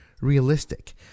realistic